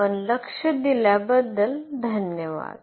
आपण लक्ष दिल्याबद्दल धन्यवाद